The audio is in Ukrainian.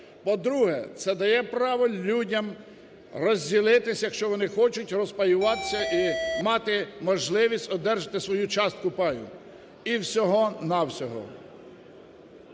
по-друге, це дає право людям розділитись, якщо вони хочуть, розпаюватися і мати можливість одержати свою частку паю. І всього-на-всього.